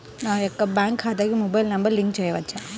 నా యొక్క బ్యాంక్ ఖాతాకి మొబైల్ నంబర్ లింక్ చేయవచ్చా?